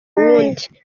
wundi